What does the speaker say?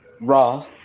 Raw